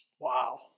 Wow